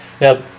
Now